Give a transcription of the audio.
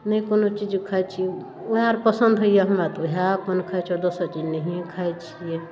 नहि कोनो चीज खाइत छी ओएह आर पसन्द होइए हमरा तऽ ओएह अपन खाइत छी आओर दोसर चीज नहिओ खाइत छियै